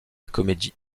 comédie